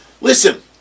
listen